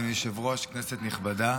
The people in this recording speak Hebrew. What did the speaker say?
אדוני היושב-ראש, כנסת נכבדה,